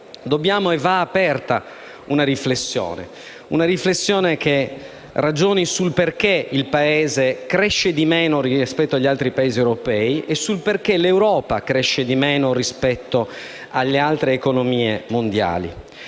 cui cause va aperta una riflessione che ragioni sul perché il Paese cresce di meno rispetto agli altri Paesi europei e sul perché l'Europa cresce di meno rispetto alle altre economie mondiali.